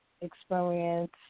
experience